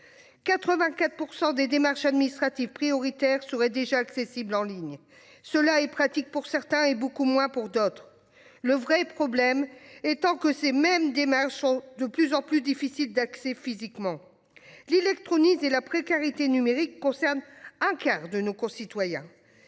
84% des démarches administratives. Prioritaire serait déjà accessible en ligne cela et pratique pour certains et beaucoup moins pour d'autres. Le vrai problème étant que ces mêmes démarches sont de plus en plus difficile d'accès physiquement l'électronique et la précarité numérique concerne un quart de nos concitoyens.